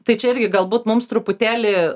tai čia irgi galbūt mums truputėlį